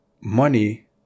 money